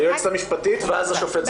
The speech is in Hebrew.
היועצת המשפטית, בבקשה, ואז השופט זחאלקה.